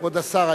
כבוד השר,